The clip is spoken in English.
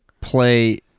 play